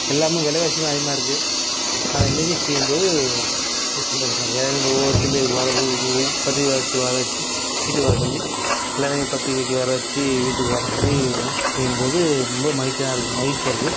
எல்லாமும் விலைவாசியும் அதிகமாக இருக்குது அதை மாரி செய்யும்போது வீட்டுக்கு வர சொல்லி எல்லோரையும் பத்திரிக்கிய வைக்க வர வச்சு வீட்டுக்கு வர சொல்லி செய்யும்போது ரொம்ப மகிழ்ச்சியாக இருக்கும் மகிழ்ச்சியாக இருக்குது